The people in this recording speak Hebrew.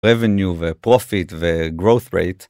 רוויניו ופרופיט ו growth rate